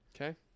Okay